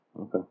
Okay